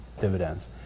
dividends